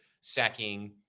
sacking